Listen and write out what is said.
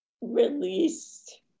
released